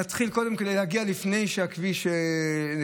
להתחיל קודם כדי להגיע לפני שהכביש נסגר,